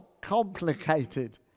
complicated